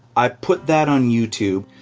i put that on youtube,